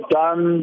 done